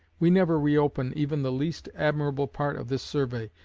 we never reopen even the least admirable part of this survey,